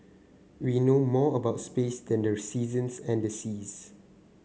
we know more about space than the seasons and the seas